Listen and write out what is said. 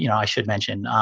you know i should mention,